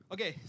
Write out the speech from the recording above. Okay